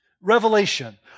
revelation